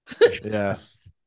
Yes